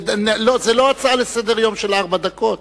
זה לא הצעה לסדר-היום של ארבע דקות.